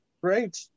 Great